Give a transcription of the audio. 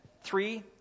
three